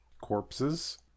corpses